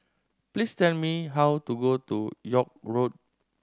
please tell me how to go to York Road